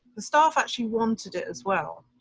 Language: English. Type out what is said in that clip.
the staff actually wanted it as well.